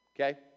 Okay